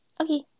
Okay